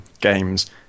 games